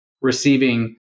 receiving